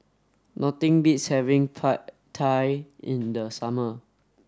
nothing beats having Pad Thai in the summer